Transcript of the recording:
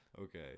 Okay